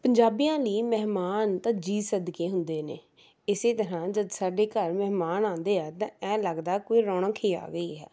ਪੰਜਾਬੀਆਂ ਲਈ ਮਹਿਮਾਨ ਤਾਂ ਜੀਅ ਸਦਕੇ ਹੁੰਦੇ ਨੇ ਇਸ ਤਰ੍ਹਾਂ ਜਦ ਸਾਡੇ ਘਰ ਮਹਿਮਾਨ ਆਉਂਦੇ ਆ ਤਾਂ ਐਂ ਲੱਗਦਾ ਕੋਈ ਰੌਣਕ ਹੀ ਆ ਗਈ ਹੈ